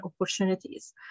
opportunities